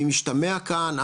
ואם משתמע כאן,